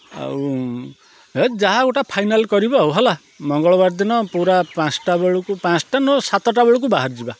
ଆଉ ଏ ଯାହା ଗୋଟେ ଫାଇନାଲ୍ କରିବ ଆଉ ହେଲା ମଙ୍ଗଳବାର ଦିନ ପୁରା ପାଞ୍ଚ ଟା ବେଳକୁ ପାଞ୍ଚ ଟା ନୁହ ସାତ ଟା ବେଳକୁ ବାହାରି ଯିବା